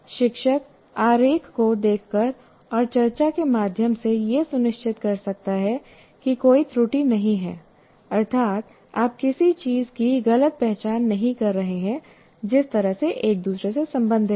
शिक्षक आरेख को देखकर और चर्चा के माध्यम से यह सुनिश्चित कर सकता है कि कोई त्रुटि नहीं है अर्थात आप किसी चीज़ की गलत पहचान नहीं कर रहे हैं जिस तरह से एक दूसरे से संबंधित है